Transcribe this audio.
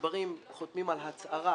הגזברים חותמים על הצהרה,